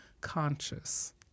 conscious